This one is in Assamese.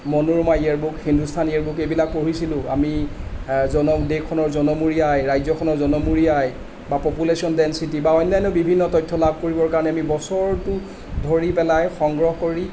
মনোৰমা year book Hindustan year book এইবিলাক পঢ়িছিলোঁ আমি জনম দেশখনৰ জনমূৰি আয় ৰাজ্যখনৰ জনমূৰি আয় বা পপুলেশ্যন ডেঞ্চিটি বা অন্য়ান্য বিভিন্ন তথ্য লাভ কৰিবৰ কাৰণে আমি বছৰটো ধৰি পেলাই সংগ্ৰহ কৰি